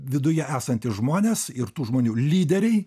viduje esantys žmonės ir tų žmonių lyderiai